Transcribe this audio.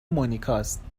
مونیکاست